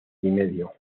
medio